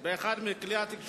איש לא יקרא קריאת ביניים בעמידה,